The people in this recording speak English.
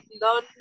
learn